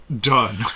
done